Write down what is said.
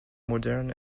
modern